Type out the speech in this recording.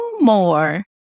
more